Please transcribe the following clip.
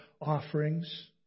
offerings